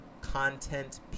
content